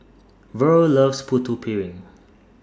Verl loves Putu Piring